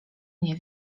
nie